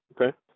Okay